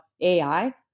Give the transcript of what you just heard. AI